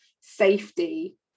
safety